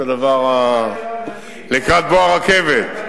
לקראת הדבר, לקראת בוא הרכבת.